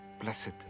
Blessed